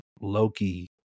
Loki